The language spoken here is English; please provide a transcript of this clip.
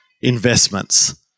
investments